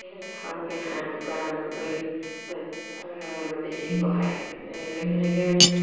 সৰহকৈ হাঁহ কুকুৰা অলপ লৈ অলপ বেছি বঢ়াই লৈ সেনেকৈ মানে